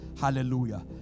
Hallelujah